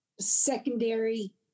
secondary